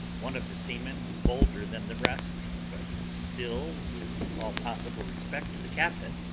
one of the seamen, bolder than the rest, but still with all possible respect to the captain,